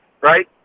right